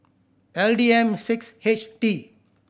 L D M six H T